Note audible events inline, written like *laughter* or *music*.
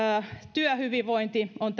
työhyvinvointi on *unintelligible*